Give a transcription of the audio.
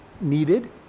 needed